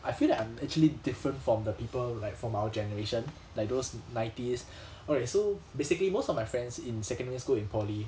I feel like I'm actually different from the people like from our generation like those nineties alright so basically most of my friends in secondary school in poly